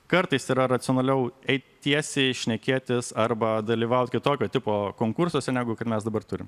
kartais yra racionaliau eiti tiesiai šnekėtis arba dalyvauti kitokio tipo konkursuose negu kad mes dabar turim